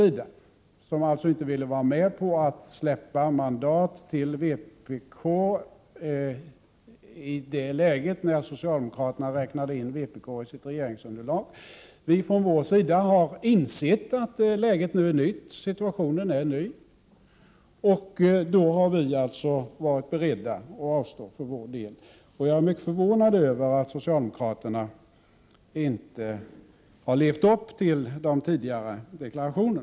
Vi, som alltså inte ville vara med på att släppa mandat till vpk i det läge då socialdemokraterna räknade in vpk i sitt regeringsunderlag, har insett att situationen nu är ny och har varit beredda att för vår del avstå utskottsplatser. Jag är mycket förvånad över att socialdemokraterna inte har levt upp till sin tidigare deklaration.